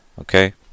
okay